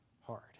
hard